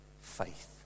faith